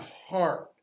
hard